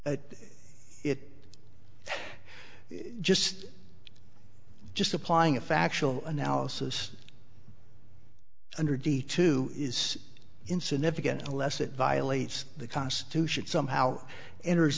of it just just applying a factual analysis under d two is insignificant unless it violates the constitution somehow enters